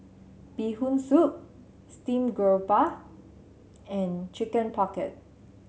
Bee Hoon Soup Steamed Garoupa and Chicken Pocket